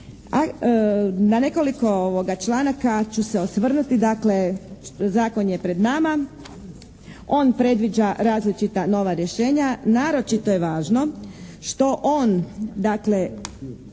Na nekoliko članaka ću se osvrnuti. Dakle zakon je pred nama. On predviđa različita nova rješenja. Naročito je važno što on dakle